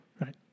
Right